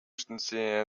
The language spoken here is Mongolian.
ертөнцийн